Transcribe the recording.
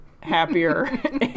happier